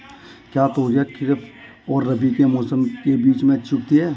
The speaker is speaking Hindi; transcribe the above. क्या तोरियां खरीफ और रबी के मौसम के बीच में अच्छी उगती हैं?